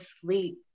sleep